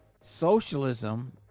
socialism